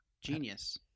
Genius